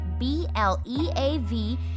B-L-E-A-V